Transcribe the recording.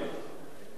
אני מבין את זאת,